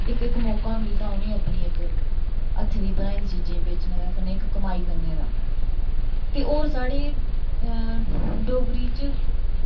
इक इक मौका मिलदा उनें अपनी इक हत्थे दी बनाई दी चीजें गी बेचने दा कन्नै इक कमाई करने दा ते होर साढ़े डोगरी च